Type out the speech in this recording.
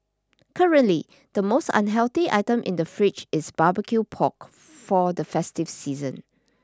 currently the most unhealthy item in the fridge is barbecued pork for the festive season